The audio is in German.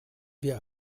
wir